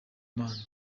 imana